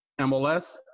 MLS